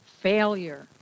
Failure